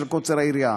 בשל קוצר היריעה.